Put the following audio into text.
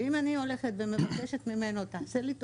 ואם אני הולכת ומבקשת ממנו "תעשה לי טובה,